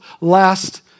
last